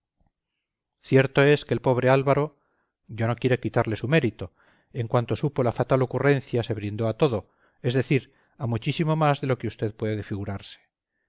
cierto es que el pobre álvaro yo no quiero quitarle su mérito en cuanto supo la fatal ocurrencia se brindó a todo es decir a muchísimo más de lo que usted puede